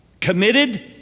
Committed